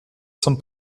zum